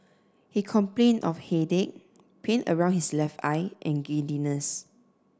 he complained of headache pain around his left eye and giddiness